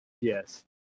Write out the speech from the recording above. Yes